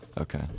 Okay